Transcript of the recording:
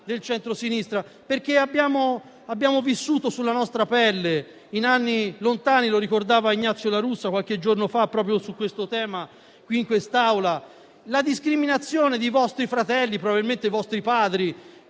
del centrosinistra. Lo abbiamo vissuto sulla nostra pelle in anni lontani, come ricordava Ignazio La Russa qualche giorno fa proprio su questo tema in quest'Aula. Mi riferisco alla discriminazione da parte di vostri fratelli, probabilmente vostri padri